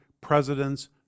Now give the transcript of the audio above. presidents